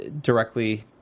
directly